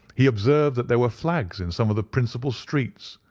he observed that there were flags in some of the principal streets,